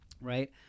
right